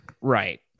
Right